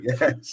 yes